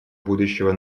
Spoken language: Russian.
будущего